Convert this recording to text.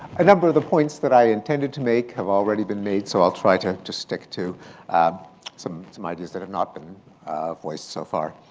a number of the points that i intended to make have already been made, so i'll try to just stick to some some ideas that have not been voiced so far.